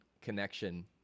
connection